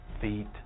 feet